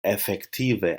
efektive